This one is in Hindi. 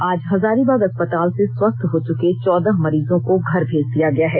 आज हजारीबाग अस्तपताल से स्वस्थ हो चुके चौदह मरीजों को घर भेज दिया गया है